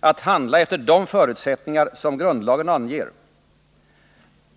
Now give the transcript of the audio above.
att handla efter de förutsättningar som grundlagen anger.